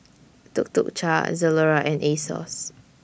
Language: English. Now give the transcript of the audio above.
Tuk Tuk Cha Zalora and Asos